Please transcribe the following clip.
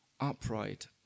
upright